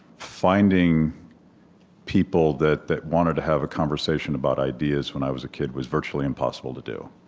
finding people that that wanted to have a conversation about ideas, when i was a kid, was virtually impossible to do.